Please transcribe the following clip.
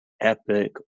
epic